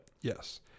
Yes